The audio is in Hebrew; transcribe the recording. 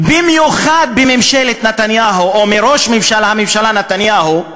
במיוחד בממשלת נתניהו, ראש הממשלה נתניהו,